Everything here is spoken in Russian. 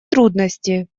трудности